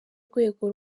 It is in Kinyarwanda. rwego